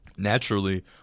naturally